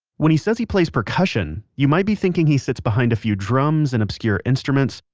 when he says he plays percussion, you might be thinking he sits behind a few drums and obscure instruments,